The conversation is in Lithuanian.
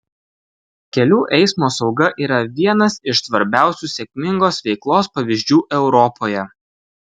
kelių eismo sauga yra vienas iš svarbiausių sėkmingos veiklos pavyzdžių europoje